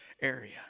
area